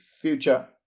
future